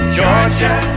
Georgia